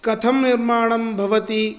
कथं निर्माणं भवति